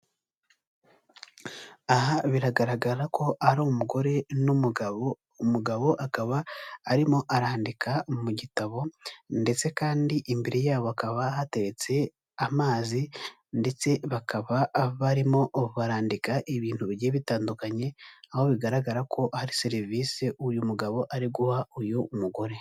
Aha biragaragara ko ari umugore n'umugabo, umugabo akaba arimo arandika mu gitabo, ndetse kandi imbere yabo hakaba hateretse amazi, ndetse bakaba barimo barandika ibintu bigiye bitandukanye, aho bigaragara ko hari serivise, uyu mugabo ari guha uyu mugore.